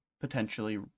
potentially